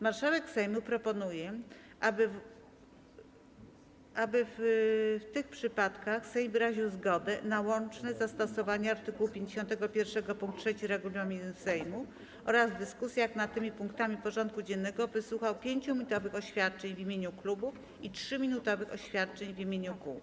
Marszałek Sejmu proponuje, aby w tych przypadkach Sejm wyraził zgodę na zastosowanie art. 51 pkt 3 regulaminu Sejmu oraz w łącznej dyskusji nad tymi punktami porządku dziennego wysłuchał 5-minutowych oświadczeń w imieniu klubów i 3-minutowych oświadczeń w imieniu kół.